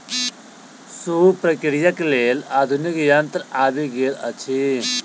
सूप प्रक्रियाक लेल आधुनिक यंत्र आबि गेल अछि